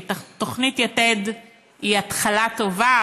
תוכנית יתד היא התחלה טובה,